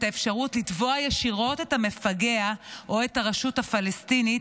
האפשרות לתבוע ישירות את המפגע או את הרשות הפלסטינית,